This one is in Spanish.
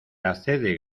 accede